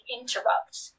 interrupt